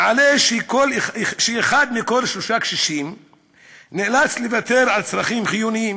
שמעלה שאחד מכל שלושה קשישים נאלץ לוותר על צרכים חיוניים,